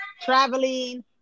Traveling